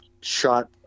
shot